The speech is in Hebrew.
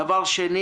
הדבר השני